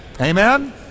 Amen